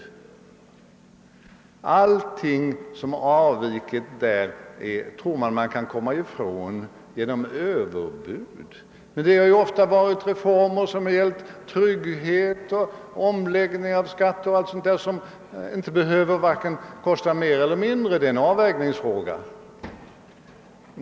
Han tror att han kommer ifrån alla våra förslag, som avvikit från socialdemokraternas, genom att tala om överbud, men ofta har det varit fråga om reformer som gällt trygghet eller en omläggning av skatterna o. d. som inte behövde kosta någonting utan bara varit avvägningsfrågor.